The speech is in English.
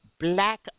black